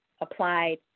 applied